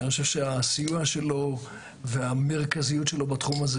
ואני חושב שהסיוע שלו והמרכזיות שלו בתחום הזה,